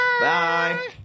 Bye